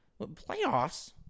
Playoffs